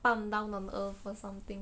down on earth or something